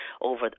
over